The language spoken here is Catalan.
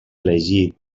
elegit